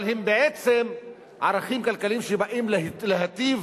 אבל הם בעצם ערכים כלכליים שבאים להיטיב